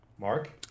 Mark